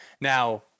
Now